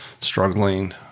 struggling